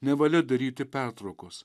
nevalia daryti pertraukos